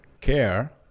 care